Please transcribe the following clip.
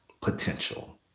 potential